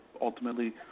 ultimately